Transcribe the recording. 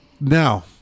now